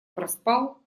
проспал